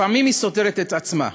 לפעמים היא סותרת את עצמה.